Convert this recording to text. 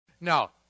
Now